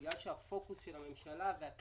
בגלל שהפוקוס של הממשלה והכנסת